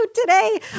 today